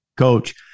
Coach